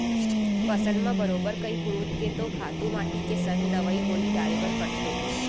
फसल म बरोबर कइ पुरूत के तो खातू माटी के संग दवई गोली डारे बर परथे